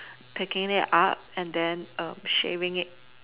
taking it up and then shaving it